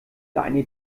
deine